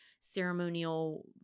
ceremonial